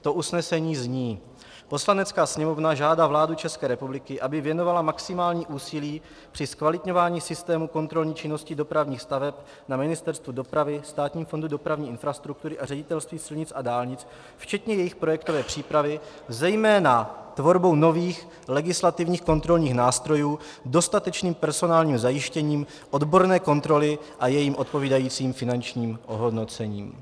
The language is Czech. To usnesení zní: Poslanecká sněmovna žádá vládu ČR, aby věnovala maximální úsilí při zkvalitňování systému kontrolní činnosti dopravních staveb na Ministerstvu dopravy, Státním fondu dopravní infrastruktury a Ředitelství silnic a dálnic včetně jejich projektové přípravy, zejména tvorbou nových legislativních kontrolních nástrojů, dostatečným personálním zajištěním, odborné kontroly a jejím odpovídajícím finančním ohodnocením.